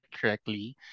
Correctly